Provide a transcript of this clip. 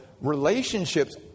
relationships